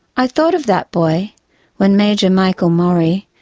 i thought of that boy when major michael mori,